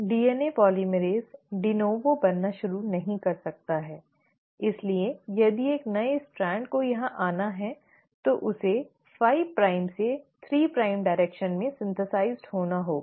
DNA polymerase de novo बनाना शुरू नहीं कर सकता है इसलिए यदि नए स्ट्रैंड को यहां आना है तो उसे 5 प्राइम से 3 प्राइम दिशा में संश्लेषित होना होगा